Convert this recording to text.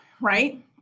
right